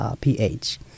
PH